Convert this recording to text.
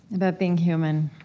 about being human.